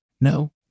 No